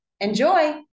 Enjoy